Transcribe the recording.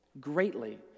greatly